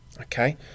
okay